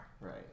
Right